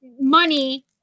money